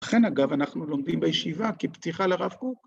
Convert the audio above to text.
‫לכן, אגב, אנחנו לומדים בישיבה ‫כפתיחה לרב קוק